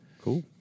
Cool